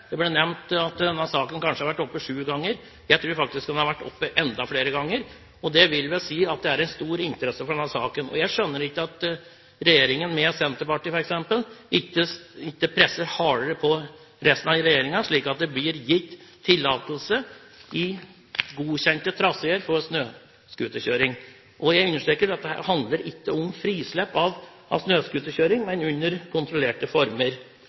det positive ved det. Det ble nevnt at denne saken kanskje har vært oppe sju ganger. Jeg tror faktisk den har vært oppe enda flere ganger. Det vil vel si at det er stor interesse for denne saken. Jeg skjønner ikke at ikke Senterpartiet, f.eks., presser hardere på resten av regjeringen, slik at det blir gitt tillatelse i godkjente traseer for snøscooterkjøring. Jeg understreker at dette ikke handler om frislipp av snøscooterkjøring, men at det skal foregå under kontrollerte